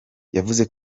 yavuze